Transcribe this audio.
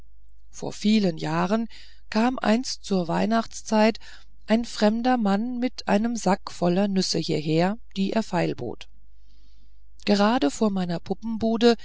vor vielen jahren kam einst zur weihnachtszeit ein fremder mann mit einem sack voll nüssen hieher die er feilbot gerade vor meiner puppenbude